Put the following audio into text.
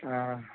ఆ